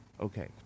okay